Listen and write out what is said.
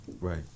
Right